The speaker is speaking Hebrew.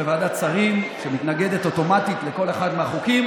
ועדת שרים שמתנגדת אוטומטית לכל אחד מהחוקים,